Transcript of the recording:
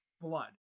blood